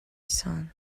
son